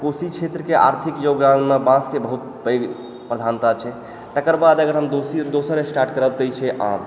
तऽ कोशी क्षेत्र के आर्थिक योगदान मे बाॅंस के बहुत पैघ प्रधानता छै तकर बाद अगर हम दोसर स्टार्ट करब तऽ ई छै आम